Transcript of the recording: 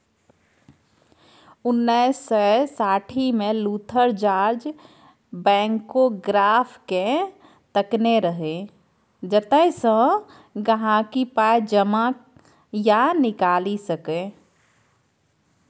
उन्नैस सय साठिमे लुथर जार्ज बैंकोग्राफकेँ तकने रहय जतयसँ गांहिकी पाइ जमा या निकालि सकै